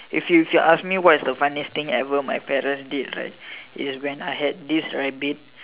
if if you ask me what is the funniest thing ever my parents did right is when I had this rabbit